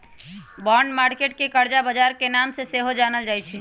bond market के करजा बजार के नाम से सेहो जानल जाइ छइ